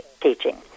teaching